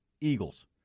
Eagles